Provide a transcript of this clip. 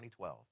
2012